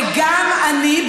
וגם אני,